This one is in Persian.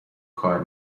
کار